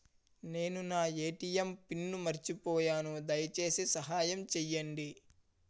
నేను నా ATM pin మర్చిపోయాను, దయచేసి సహాయం చేయండి